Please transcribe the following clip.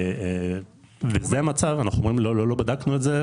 לא בדקנו את זה.